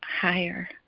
higher